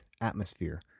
atmosphere